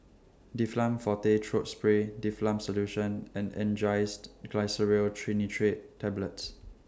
Difflam Forte Throat Spray Difflam Solution and Angised Glyceryl Trinitrate Tablets